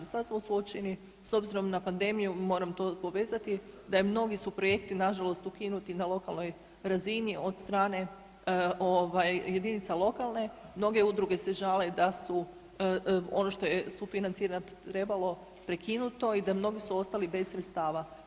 Sada smo suočeni s obzirom na panedemiju, moram to povezati da su mnogi projekti nažalost ukinuti na lokalnoj razini od strane jedinica lokalne, mnoge udruge se žale da su ono što je sufinancirat trebalo prekinuti da su mnogi ostali bez sredstava.